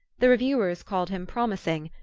the reviewers called him promising,